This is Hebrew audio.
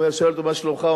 כשאני שואל אותו: מה שלומך?